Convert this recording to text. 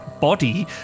body